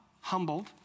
humbled